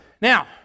Now